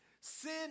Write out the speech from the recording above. sin